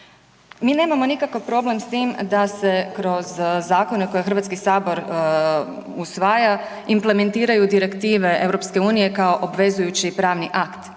Mi nemamo nikakav problem s tim da se kroz zakone koje HS usvaja implementiraju direktive EU kao obvezujući pravni akt.